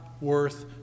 worth